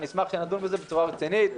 אשמח שנדון בזה בצורה רצינית,